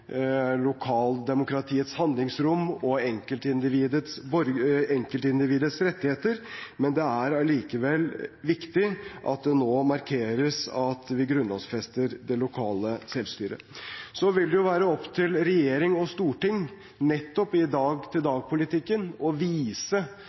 lokaldemokratiets handlingsrom og enkeltindividets rettigheter, men det er allikevel viktig at det nå markeres at vi grunnlovfester det lokale selvstyret. Så vil det være opp til regjering og storting nettopp i